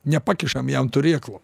nepakišam jam turėklų